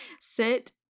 Sit